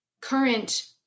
current